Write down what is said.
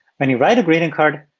when you write a greeting card,